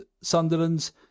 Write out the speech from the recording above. Sunderland's